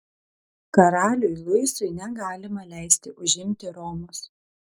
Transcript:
karaliui luisui negalima leisti užimti romos